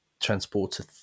Transporter